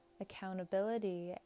accountability